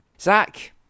Zach